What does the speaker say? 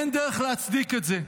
אין דרך להצדיק את זה.